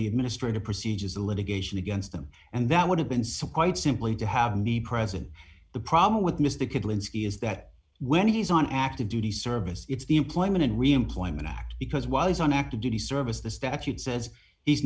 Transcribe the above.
the administrative procedures litigation against them and that would have been so quite simply to have need present the problem with misty could linsky is that when he's on active duty service it's the employment and reemployment act because while he's on active duty service the statute says he's